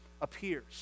appears